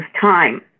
time